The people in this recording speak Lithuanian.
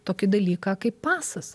tokį dalyką kaip pasas